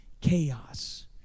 chaos